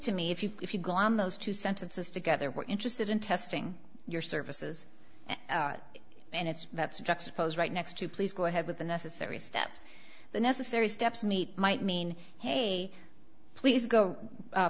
to me if you if you go on those two sentences together we're interested in testing your services and it's that's juxtaposed right next to please go ahead with the necessary steps the necessary steps meet might mean hey please go